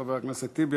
חבר הכנסת טיבי,